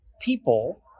people